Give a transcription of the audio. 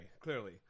clearly